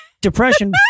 depression